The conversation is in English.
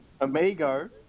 Amigo